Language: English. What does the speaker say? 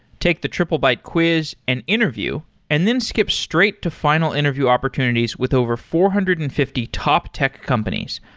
take the triplebyte quiz and interview and then skip straight to final interview opportunities with over four hundred and fifty top tech companies,